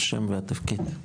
שם ותפקיד.